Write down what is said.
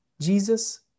Jesus